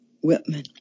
Whitman